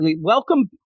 welcome